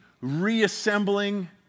reassembling